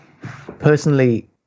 Personally